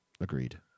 Agreed